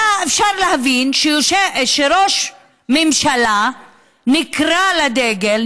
היה אפשר להבין שראש ממשלה נקרא לדגל,